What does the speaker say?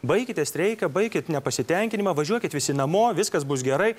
baikite streiką baikit nepasitenkinimą važiuokit visi namo viskas bus gerai